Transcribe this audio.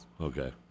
okay